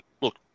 Look